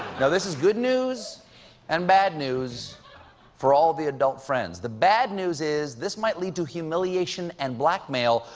now, this is good news and bad news for all the adult friends. the bad news is this might lead to humiliation and blackmail.